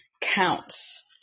counts